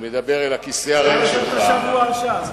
אני מדבר אל הכיסא הריק שלך.